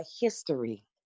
history